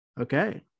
Okay